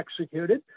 executed